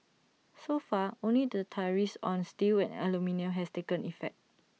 so far only the tariffs on steel and aluminium has taken effect